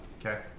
Okay